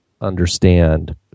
understand